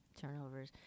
turnovers